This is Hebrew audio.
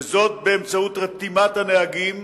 וזאת באמצעות רתימת הנהגים